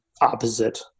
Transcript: opposite